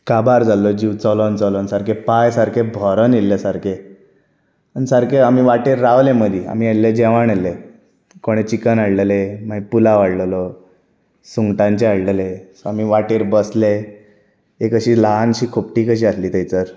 काबार जाल्लो जीव चलून चलून सारके पांय सारके भरून येल्ले सारके आनी सारके आमी वाटेर रावेले मदीं आमी इल्लें जेवण व्हेल्लें कोणें चिकन हाडलेलें मा पुलाव हाडलोलो सुंगटांचें हाडललें सो आमी वाटेर बसले एक अशी ल्हानशी खोपटी कशी आहली थंयचर